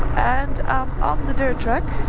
and i'm on the dirt track